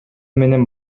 менен